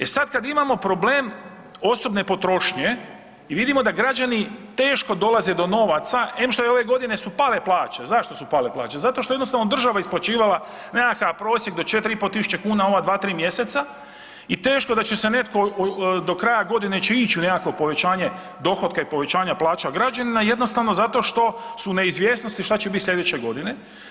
E sad kad imao problem osobne potrošnje i vidimo da građani teško dolaze do novaca, em što je ove godine su pale plaće, zašto su pale plaće?, zato što jednostavno država isplaćivala nekakav prosjek do 4.500,00 kuna ova dva-tri mjeseca i teško da će se netko do kraja godine će ići u nekakvo povećanje dohotka i povećanja plaća građanina, i jednostavno zato što su neizvjesnosti šta će bit sljedeće godine.